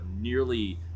nearly